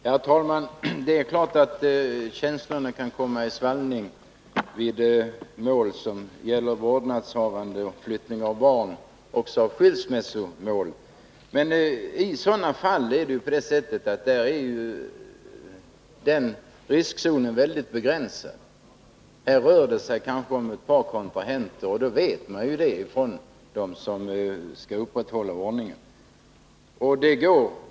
Herr talman! Det är klart att känslorna kan komma i svallning vid mål som gäller vårdnadshavande och flyttning av barn samt skilsmässor. Men riskzonen i sådana fall är ändå mycket begränsad. Det rör sig kanske om ett par kontrahenter, och det vet ju de som skall upprätthålla ordningen.